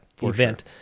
event